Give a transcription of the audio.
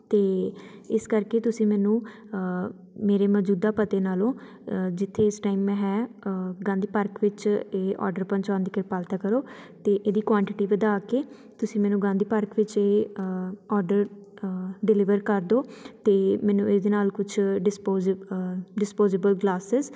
ਅਤੇ ਇਸ ਕਰਕੇ ਤੁਸੀਂ ਮੈਨੂੰ ਮੇਰੇ ਮੌਜੂਦਾ ਪਤੇ ਨਾਲੋਂ ਜਿੱਥੇ ਇਸ ਟਾਈਮ ਮੈਂ ਹੈ ਗਾਂਧੀ ਪਾਰਕ ਵਿੱਚ ਇਹ ਔਡਰ ਪਹੁੰਚਾਉਣ ਦੀ ਕਿਰਪਾਲਤਾ ਕਰੋ ਅਤੇ ਇਹਦੀ ਕੁਆਂਟਿਟੀ ਵਧਾ ਕੇ ਤੁਸੀਂ ਮੈਨੂੰ ਗਾਂਧੀ ਪਾਰਕ ਵਿੱਚ ਇਹ ਔਡਰ ਡਿਲੀਵਰ ਕਰ ਦਓ ਅਤੇ ਮੈਨੂੰ ਇਹਦੇ ਨਾਲ ਕੁਛ ਡਿਸਪੋਜ ਡਿਸਪੋਜਬਲ ਗਲਾਸਿਸ